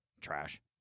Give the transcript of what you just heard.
Trash